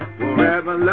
forever